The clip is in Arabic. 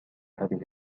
هذه